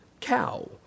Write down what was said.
cow